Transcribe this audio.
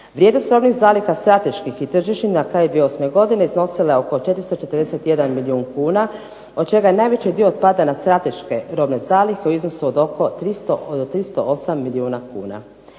Vrijednost robnih zaliha strateških i tržišnih na kraju 2008. godine iznosila je oko 441 milijun kuna od čega najveći dio otpada na strateške robne zalihe u iznosu od oko 308 milijuna kuna.